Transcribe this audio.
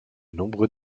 nombreux